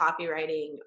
copywriting